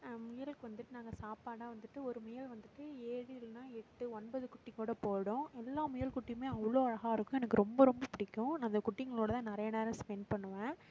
முயலுக்கு வந்துட்டு நாங்கள் சாப்பாடாக வந்துட்டு ஒரு முயல் வந்துட்டு ஏழு இல்லைனா எட்டு ஒன்பது குட்டி கூட போடும் எல்லா முயல் குட்டியுமே அவ்வளோ அழகாக இருக்கும் எனக்கு ரொம்ப ரொம்ப பிடிக்கும் அந்த குட்டிங்களோடு தான் நிறையா நேரம் ஸ்பென்ட் பண்ணுவேன்